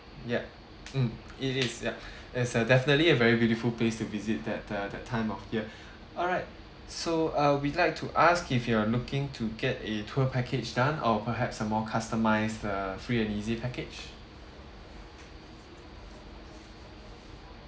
yup mm it is yup that's a definitely a very beautiful place to visit that uh that time of year alright so uh we like to ask if you are looking to get a tour package done or perhaps a more customized uh free and easy package